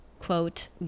quote